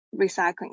recycling